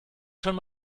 schon